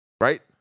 Right